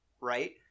right